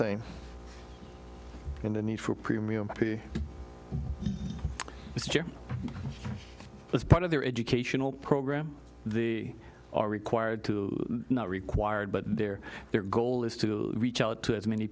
the need for a premium as part of their educational program the are required to not required but their their goal is to reach out to as many